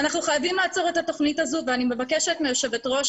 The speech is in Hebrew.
אנחנו חייבים לעצור את התוכנית הזאת ואני מבקשת מיושבת ראש